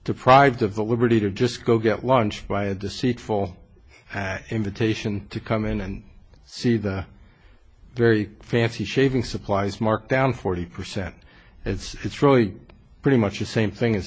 deprived of the liberty to just go get lunch by a deceitful invitation to come in and see the very fancy shaving supplies marked down forty percent it's really pretty much the same thing as